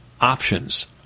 options